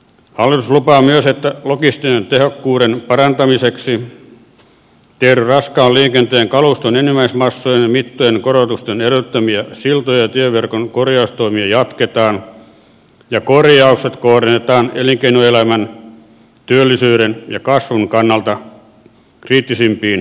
hallitus lupaa myös että logistisen tehokkuuden parantamiseksi jatketaan raskaan liikenteen kaluston enimmäismassojen ja mittojen korotusten edellyttämiä siltojen ja tieverkon korjaustoimia ja korjaukset kohdennetaan elinkeinoelämän työllisyyden ja kasvun kannalta kriittisimpiin kohteisiin